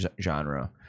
genre